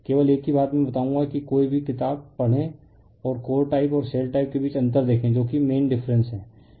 केवल एक ही बात मैं बताऊंगा कि कोई भी किताब पढ़ें और कोर टाइप और शेल टाइप के बीच अंतर देखें जो कि मेन डिफरेंस है